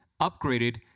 upgraded